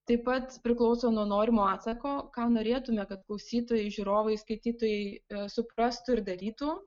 taip pat priklauso nuo norimo atsako ką norėtume kad klausytojai žiūrovai skaitytojai suprastų ir darytų